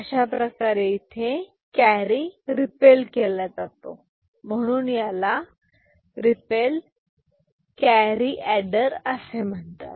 अशाप्रकारे इथे carry ripple केला जातो म्हणून याला रीपल कॅरी एडर असे म्हणतात